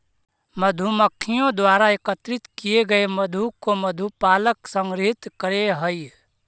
मधुमक्खियों द्वारा एकत्रित किए गए मधु को मधु पालक संग्रहित करअ हई